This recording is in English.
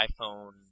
iPhone